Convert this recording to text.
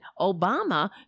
Obama